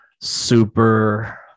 super